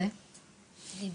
ואמא של ליבי.